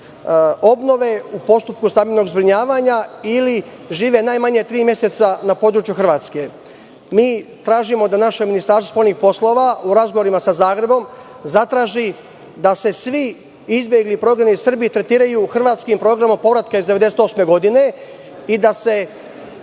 obnove, u postupku stambenog zbrinjavanja ili žive najmanje tri meseca na području Hrvatske. Mi tražio da naše Ministarstvo spoljnih poslova, u razgovorima sa Zagrebom, zatraži da se svi izbegli i prognani Srbi tretiraju hrvatskim programom povratka iz 1998. godine i da se